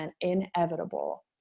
inevitable